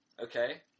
Okay